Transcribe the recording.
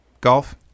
Golf